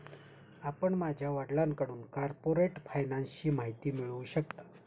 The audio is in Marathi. आपण माझ्या वडिलांकडून कॉर्पोरेट फायनान्सची माहिती मिळवू शकता